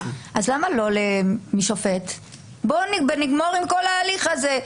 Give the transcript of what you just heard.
אז למה לא משופט ונגמור עם כל ההליך הזה?